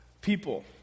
people